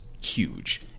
huge